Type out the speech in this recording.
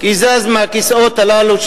כי זז מהכיסאות הללו,